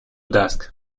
dusk